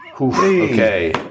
Okay